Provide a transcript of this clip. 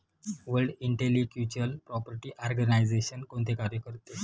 World intellectual property organisation कोणते कार्य करते?